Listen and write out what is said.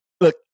Look